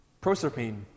Proserpine